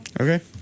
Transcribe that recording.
Okay